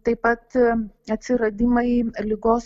taip pat atsiradimai ligos